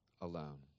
alone